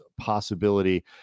possibility